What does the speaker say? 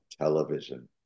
television